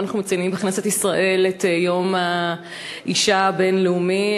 היום אנחנו מציינים בכנסת ישראל את יום האישה הבין-לאומי,